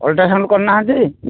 ultrasound କରିନାହାନ୍ତି